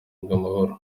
bw’amahoro